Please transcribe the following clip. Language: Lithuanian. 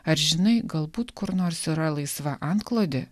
ar žinai galbūt kur nors yra laisva antklodė